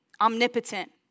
omnipotent